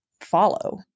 follow